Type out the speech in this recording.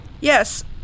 Yes